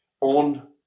on